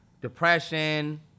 Depression